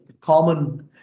common